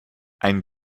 ein